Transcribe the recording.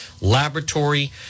laboratory